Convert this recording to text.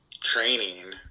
training